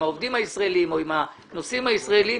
עם העובדים הישראלים או עם הנושאים הישראלים.